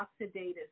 oxidative